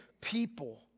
people